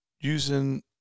using